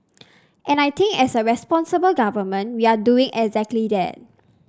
and I think as a responsible government we're doing exactly that